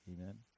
amen